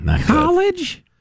College